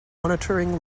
monitoring